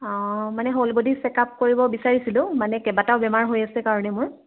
অঁ মানে হ'ল ব'ডি চেক আপ কৰিব বিচাৰিছিলোঁ মানে কেইবাটাও বেমাৰ হৈ আছে কাৰণে মোৰ